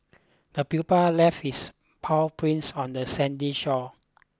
the pupil left its paw prints on the sandy shore